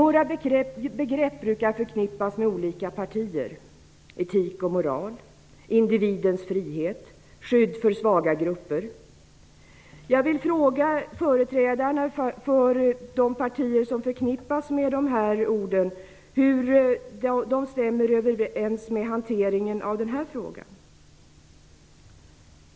Några begrepp brukar förknippas med olika partier: etik och moral, individens frihet, skydd för svaga grupper. Jag vill fråga företrädarna för de partier som förknippas med dessa ord hur de stämmer överens med hanteringen av denna fråga.